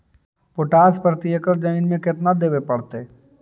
Potash प्रति एकड़ जमीन में केतना देबे पड़तै?